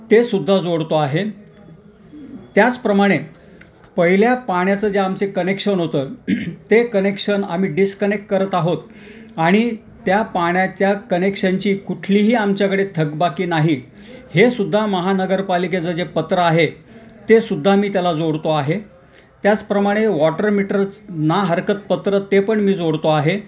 तेसुद्धा जोडतो आहे त्याचप्रमाणे पहिल्या पाण्याचं जे आमचे कनेक्शन होतं ते कनेक्शन आम्ही डिस्कनेक्ट करत आहोत आणि त्या पाण्याच्या कनेक्शनची कुठलीही आमच्याकडे थकबाकी नाही हेसुद्धा महानगरपालिकेचं जे पत्र आहे तेसुद्धा मी त्याला जोडतो आहे त्याचप्रमाणे वॉटर मीटरच ना हरकत पत्र ते पण मी जोडतो आहे